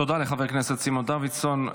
תודה לחבר הכנסת סימון דוידסון.